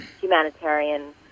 humanitarian